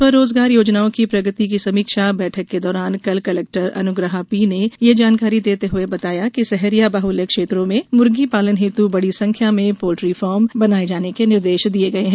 स्वरोजगार योजनाओं की प्रगति की समीक्षा बैठक के दौरान कल कलेक्टर अनुग्रहा पी ने ये जानकारी देते हुए बताया कि सहरिया बाहुल्य क्षेत्रों में मुर्गी पालन हेतु बड़ी संख्या में पोल्ट्री फॉर्म बनाये जाने के निर्देश दिये गये हैं